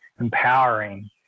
empowering